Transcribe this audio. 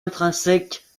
intrinsèques